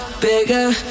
bigger